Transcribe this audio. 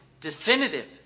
definitive